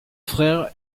frère